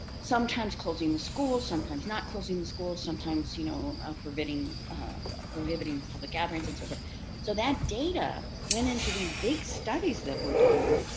sometimes closing the schools, sometimes not closing the schools, sometimes you know ah prohibiting ah prohibiting public gatherings and so forth. so that data went into these big studies that were done,